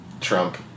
Trump